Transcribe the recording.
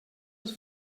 les